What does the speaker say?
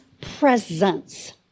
presence